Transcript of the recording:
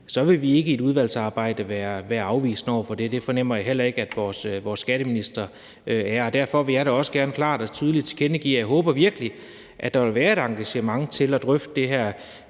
så vil vi ikke i et udvalgsarbejde være afvisende over for det. Det fornemmer jeg heller ikke vores skatteminister er. Derfor vil jeg da også gerne klart og tydeligt tilkendegive, at jeg virkelig håber, at der vil være et engagement til at drøfte det her